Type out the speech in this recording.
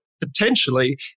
potentially